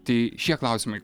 tai šie klausimai